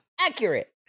Accurate